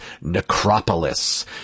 Necropolis